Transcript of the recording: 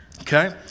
Okay